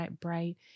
bright